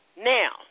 Now